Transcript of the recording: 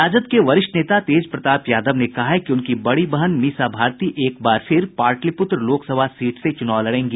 राजद के वरिष्ठ नेता तेज प्रताप यादव ने कहा है कि उनकी बड़ी बहन मीसा भारती एक बार फिर पाटिलपुत्र लोकसभा सीट से चुनाव लड़ेंगी